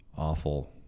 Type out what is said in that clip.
awful